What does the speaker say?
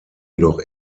jedoch